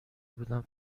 بودم